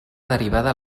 derivada